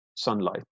sunlight